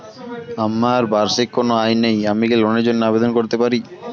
আমার বার্ষিক কোন আয় নেই আমি কি লোনের জন্য আবেদন করতে পারি?